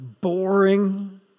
boring